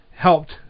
helped